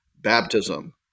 baptism